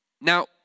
Now